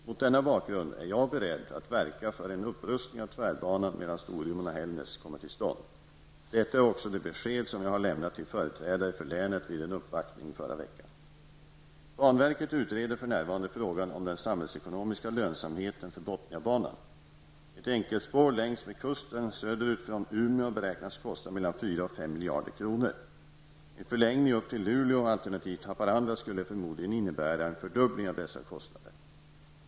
Mot denna bakgrund är jag beredd att verka för att en upprustning av tvärbanan mellan Storuman och Hällnäs kommer till stånd. Detta är också det besked som jag lämnat till företrädare för länet vid en uppvaktning i förra veckan. Banverket utreder för närvarande frågan om den samhällsekonomiska lönsamheten för miljarder kronor. En förlängning upp till Luleå alternativt Haparanda skulle förmodligen innebära en fördubbling av dessa kostnader.